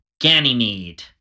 Ganymede